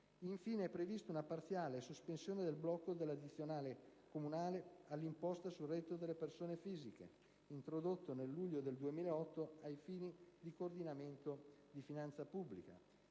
Infine, è prevista una parziale sospensione del blocco dell'addizionale comunale all'imposta sul reddito delle persone fisiche, introdotto nel luglio 2008 a fini di coordinamento della finanza pubblica.